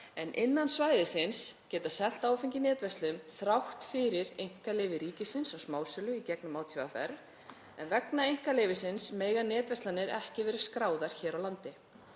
en innan svæðisins geta þær selt áfengi í netverslun þrátt fyrir einkaleyfi ríkisins á smásölu í gegnum ÁTVR. Vegna einkaleyfisins mega netverslanir ekki verið skráðar hér á landi.